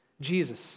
Jesus